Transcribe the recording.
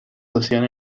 hacían